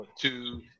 two